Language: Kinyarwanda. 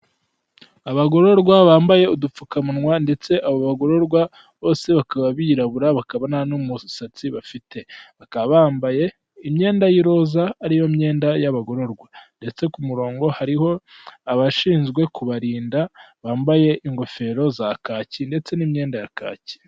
Abagororwa bambaye udupfukamunwa ndetse abo bagororwa bose bakaba birabura bakaba nta n'umusatsi bafite bakaba bambaye imyenda y'iroza ari yo myenda y'abagororwa ndetse ku murongo hariho abashinzwe kubarinda bambaye ingofero za kaki ndetse n'imyenda ya kaki.